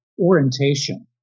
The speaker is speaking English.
orientation